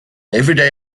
everyday